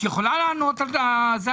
יכול לענות על זה?